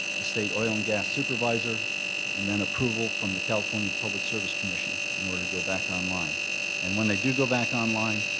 the state oil and gas supervisor and then approval from the california public service commission in order to go back online and when they go back online,